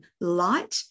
light